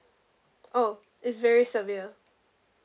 oh it's very severe